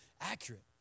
accurate